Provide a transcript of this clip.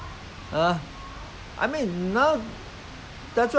prone to this prone toward this this this type of trend you see